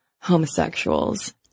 homosexuals